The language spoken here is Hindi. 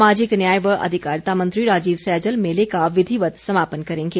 सामाजिक न्याय व अधिकारिता मंत्री राजीव सैजल मेले का विधिवत समापन करेंगे